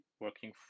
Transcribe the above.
working